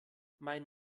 mein